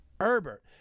Herbert